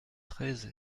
treize